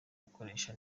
gukoresha